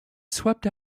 swept